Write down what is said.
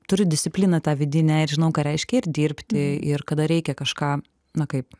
turiu discipliną tą vidinę ir žinau ką reiškia ir dirbti ir kada reikia kažką na kaip